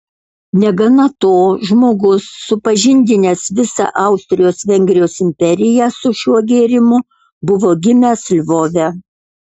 negana to žmogus supažindinęs visą austrijos vengrijos imperiją su šiuo gėrimu buvo gimęs lvove